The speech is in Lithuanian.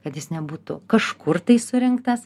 kad jis nebūtų kažkur tai surinktas